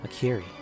Akiri